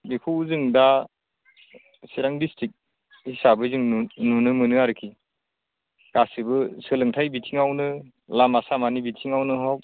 बेखौबो जों दा चिरां डिस्ट्रिक हिसाबै जों नुनो मोनो आरोखि गासैबो सोलोंथाइ बिथिङावनो लामा सामानि बिथिङावनो हक